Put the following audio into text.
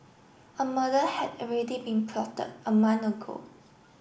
a murder had already been plotted a month ago